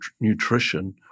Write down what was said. nutrition